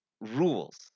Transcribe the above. rules